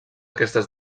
aquestes